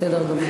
בסדר גמור,